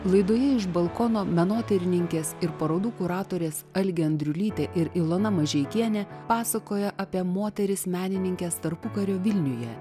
laidoje iš balkono menotyrininkės ir parodų kuratorės algė andriulytė ir ilona mažeikienė pasakoja apie moteris menininkes tarpukario vilniuje